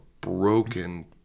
broken